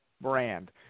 brand